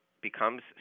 becomes